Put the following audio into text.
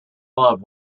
love